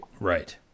Right